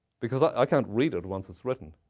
because i can't read it once it's written.